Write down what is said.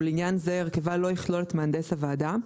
ולעניין זה הרכבה לא יכלול את מהנדס הוועדה,